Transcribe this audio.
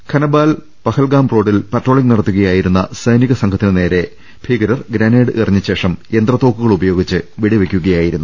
ഖനബാൽ പഹൽഗാം റോഡിൽ patrolling നടത്തുകയായിരുന്ന സൈനിക സംഘത്തിനുനേരെ ഭീകരർ ഗ്രനേഡ് എറിഞ്ഞശേഷം യന്ത്രത്തോക്കുകളുപയോഗിച്ച് വെടിവെയ്ക്കുകയായി രുന്നു